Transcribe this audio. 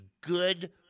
good